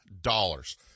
dollars